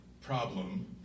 problem